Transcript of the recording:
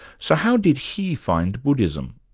so how did he find buddhism?